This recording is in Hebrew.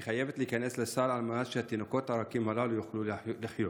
היא חייבת להיכנס לסל על מנת שהתינוקות הרכים הללו יוכלו לחיות.